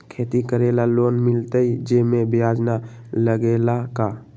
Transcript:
खेती करे ला लोन मिलहई जे में ब्याज न लगेला का?